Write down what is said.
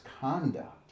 conduct